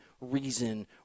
reason